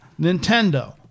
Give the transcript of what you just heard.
Nintendo